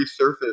resurface